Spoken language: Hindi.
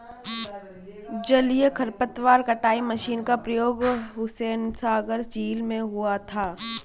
जलीय खरपतवार कटाई मशीन का प्रयोग हुसैनसागर झील में हुआ था